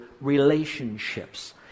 relationships